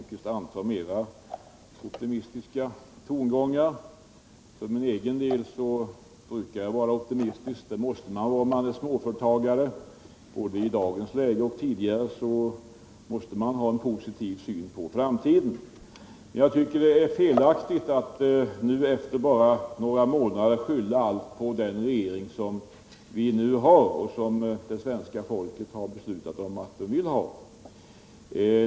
Herr talman! Det gläder mig att herr Blomkvist nu anslår en mera optimistisk ton. För min egen del brukar jag vara optimistisk, det måste man vara om man är egenföretagare. Jag tycker att det är felaktigt att efter bara några månader skylla allt på den nuvarande regeringen.